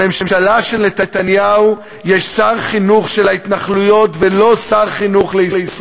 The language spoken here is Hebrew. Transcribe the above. בממשלה של נתניהו יש שר חינוך של ההתנחלויות,